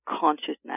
consciousness